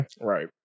Right